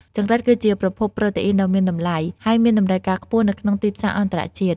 ចង្រិតគឺជាប្រភពប្រូតេអ៊ីនដ៏មានតម្លៃ ហើយមានតម្រូវការខ្ពស់នៅក្នុងទីផ្សារអន្តរជាតិ។